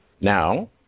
now